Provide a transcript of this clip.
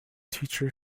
teacher